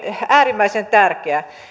äärimmäisen tärkeä